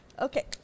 Okay